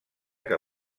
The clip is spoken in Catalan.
que